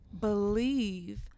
believe